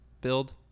build